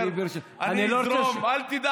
אל תדאג.